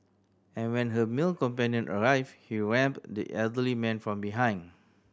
and when her male companion arrived he rammed the elderly man from behind